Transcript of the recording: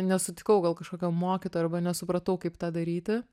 nesutikau gal kažkokio mokytojo arba nesupratau kaip tą daryti